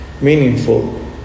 meaningful